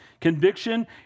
conviction